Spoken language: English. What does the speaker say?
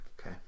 Okay